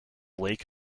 lake